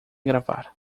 gravar